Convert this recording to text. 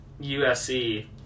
USC